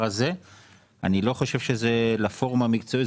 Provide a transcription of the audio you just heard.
אני לא חושב שזה לפורום המקצועי,